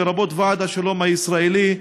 לרבות ועד השלום הישראלי,